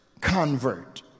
convert